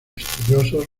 estudiosos